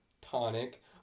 tonic